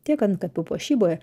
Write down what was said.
tiek antkapių puošyboje